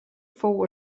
fou